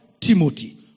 Timothy